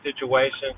situation